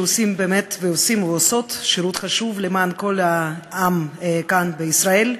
שעושים ועושות שירות חשוב למען העם כאן בישראל,